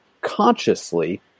consciously